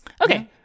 Okay